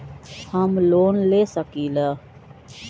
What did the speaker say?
हम लोन ले सकील?